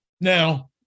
Now